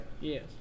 Yes